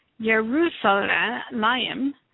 Jerusalem